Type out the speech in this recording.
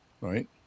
right